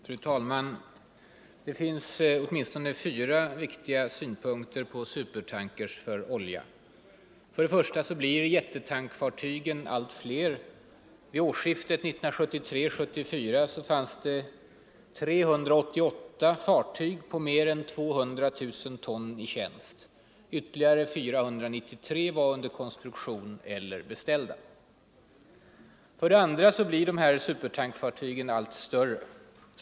Fru talman! Det finns åtminstone fyra viktiga synpunkter på supertankers för olja. För det första blir jättetankfartygen allt fler. Vid årsskiftet 1973-1974 fanns det 388 fartyg på mer än 200 000 ton i tjänst. Ytterligare 493 var under konstruktion eller beställda. För det andra blir dessa supertankfartyg allt större.